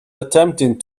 attempting